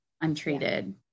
untreated